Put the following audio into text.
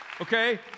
Okay